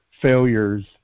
failures